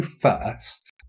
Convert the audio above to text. first